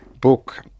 book